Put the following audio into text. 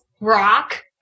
rock